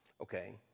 okay